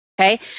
okay